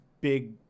big